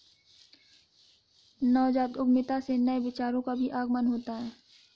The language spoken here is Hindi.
नवजात उद्यमिता से नए विचारों का भी आगमन होता है